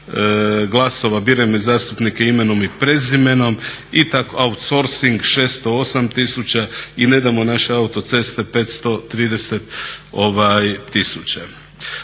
glasova "Birajmo zastupnike imenom i prezimenom", itd., outsourcing 608 tisuća i "Ne damo naše autoceste" 530